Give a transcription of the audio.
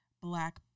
black